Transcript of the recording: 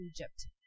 Egypt